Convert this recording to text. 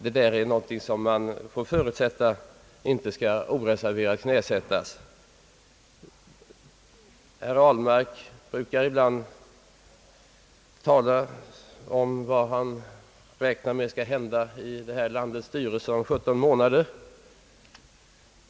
Detta är någonting som man får förutsätta inte skall oreserverat knäsättas. Herr Ahlmark brukar ibland tala om vad han räknar med skall hända med detta lands styrelse om 17 månader.